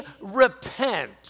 repent